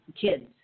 kids